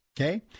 Okay